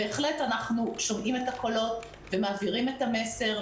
בהחלט אנחנו שומעים את הקולות ומעבירים את המסר.